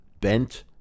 Bent